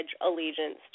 allegiance